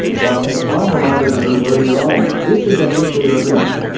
but as tom reminded the group earlier on, this is a nuclear agreement.